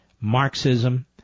Marxism